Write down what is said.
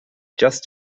just